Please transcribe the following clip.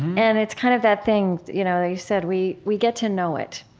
and it's kind of that thing you know that you said. we we get to know it.